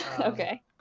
Okay